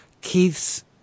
Keith's